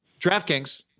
DraftKings